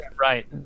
right